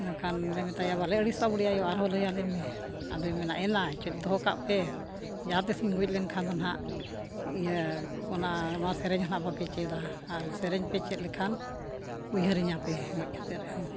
ᱮᱱᱠᱷᱟᱱ ᱞᱮ ᱢᱮᱛᱟᱭᱟ ᱵᱟᱞᱮ ᱟᱹᱲᱤᱥᱚᱜᱼᱟ ᱵᱩᱰᱷᱤ ᱟᱭᱳ ᱟᱨᱦᱚᱸ ᱞᱟᱹᱭᱟᱞᱮᱢᱮ ᱟᱫᱚᱭ ᱢᱮᱱᱟ ᱮᱱᱟ ᱪᱮᱫ ᱫᱚᱦᱚ ᱠᱟᱜᱼᱯᱮ ᱡᱟᱦᱟᱸ ᱛᱤᱥᱤᱧ ᱜᱚᱡ ᱞᱮᱱᱠᱷᱟᱱ ᱫᱚ ᱦᱟᱸᱜ ᱤᱭᱟᱹ ᱚᱱᱟ ᱥᱮᱨᱮᱧ ᱦᱟᱸᱜ ᱵᱟᱯᱮ ᱪᱮᱫᱟ ᱟᱨ ᱥᱮᱨᱮᱧ ᱯᱮ ᱪᱮᱫ ᱞᱮᱠᱷᱟᱱ ᱩᱭᱦᱟᱹᱨᱤᱧᱟᱹᱯᱮ ᱜᱚᱡ ᱠᱟᱛᱮ ᱨᱮᱦᱚᱸ